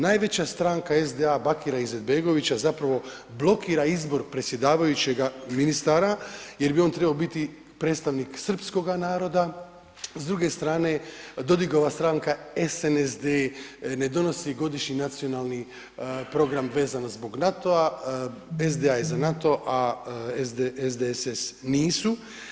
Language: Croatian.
Najveća stranka SDA Bakira Izetbegovića zapravo blokira izbora predsjedavajućega ministar jer bi on trebao biti predstavnik srpskoga naroda, s druge strane Dodikova stranka SNSD ne donosi godišnji nacionalni program vezan zbog NATO-a, SDA je za NATO a SDSS nisu.